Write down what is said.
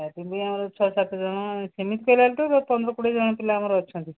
ଅଛନ୍ତି ଆମର ଛୁଆ ସାତ ଜଣ ସେମିତି କହିଲା ବେଳକୁ ତ ପନ୍ଦର କୋଡ଼ିଏ ଜଣ ପିଲା ଆମର ଅଛନ୍ତି